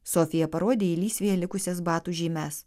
sofija parodė lysvėje likusias batų žymes